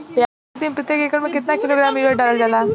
प्याज के खेती में प्रतेक एकड़ में केतना किलोग्राम यूरिया डालल जाला?